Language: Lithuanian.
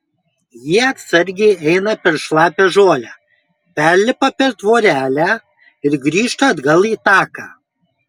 jie atsargiai eina per šlapią žolę perlipa per tvorelę ir grįžta atgal į taką